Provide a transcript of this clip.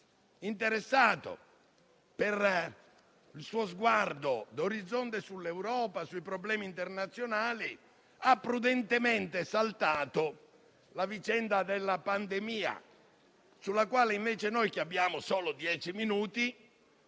interessato per il suo sguardo, per l'orizzonte sull'Europa e sui problemi internazionali; tuttavia egli ha prudentemente saltato la vicenda della pandemia, sulla quale invece noi, che abbiamo solo dieci minuti,